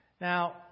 Now